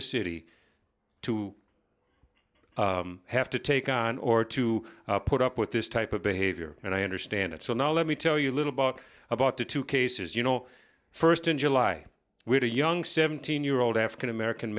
the city to have to take on or to put up with this type of behavior and i understand it so now let me tell you a little bit about the two cases you know first in july when a young seventeen year old african american